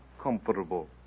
comfortable